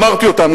אמרתי אותם,